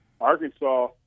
Arkansas